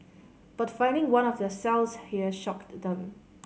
but finding one of their cells here shocked them